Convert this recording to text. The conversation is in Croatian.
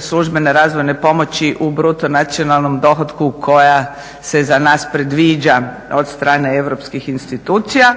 službene razvojne pomoći u bruto nacionalnom dohotku koja se za nas predviđa od strane europskih institucija.